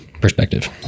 perspective